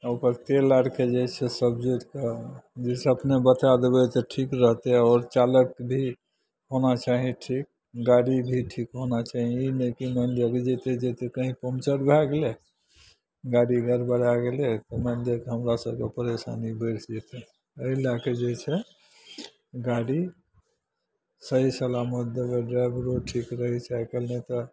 आ ओकर तेल आरके जे छै सब जोरि कऽ जैसे अपने बता देबै तऽ ठीक रहतै आओर चालक भी होना चाही ठीक गाड़ी भी ठीक होना चाही ई नहि कि मानि लिअ जैते जैते कही पञ्चर भए गेलै गाड़ी गड़बड़ा गेलै तऽ मानि लिअ कि हमरा सबके परेशानी बैढ़ि जेतै एहि लऽके जे छै गाड़ी सही सलामत देबै ड्राइबरो ठीक रहै छै आइकाल्हि नहि तऽ